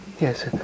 Yes